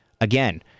Again